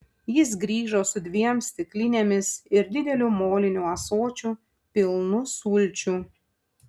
jis grįžo su dviem stiklinėmis ir dideliu moliniu ąsočiu pilnu sulčių